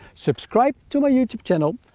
subscribe to my youtube channel,